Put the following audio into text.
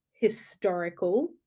historical